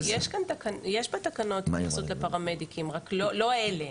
יש בתקנות התייחסות לפרמדיקים, אבל לא באלה.